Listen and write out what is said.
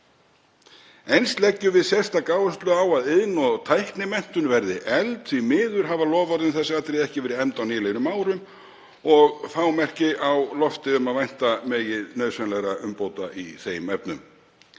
Eins leggjum við sérstaka áherslu á að iðn- og tæknimenntun verði efld. Því miður hafa loforð um þessi atriði ekki verið efnd á nýliðnum árum og fá merki á lofti um að vænta megi nauðsynlegra umbóta í þeim efnum.